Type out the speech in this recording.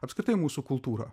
apskritai mūsų kultūrą